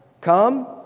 come